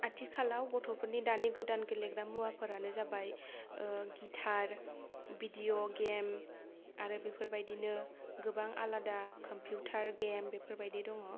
आथिखालाव गथ'फोरनि दानि गोदान गेलेग्रा मुवाफोरानो जाबाय गितार भिडिय' गेम आरो बेफोरबायदिनो गोबां आलादा कम्पिउटार गेम बेफोरबायदि दङ